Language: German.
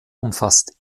umfasst